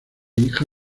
hija